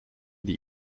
die